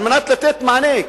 על מנת לתת מענה.